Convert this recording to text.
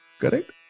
correct